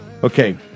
Okay